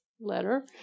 letter